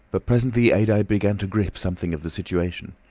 but presently adye began to grasp something of the situation.